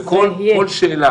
בכל שאלה,